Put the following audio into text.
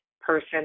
person